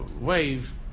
wave